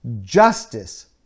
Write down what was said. justice